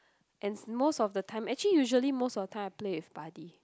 and most of the time actually usually most of the time I play with buddy